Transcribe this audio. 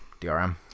DRM